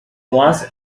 was